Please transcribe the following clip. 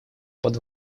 под